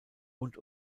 und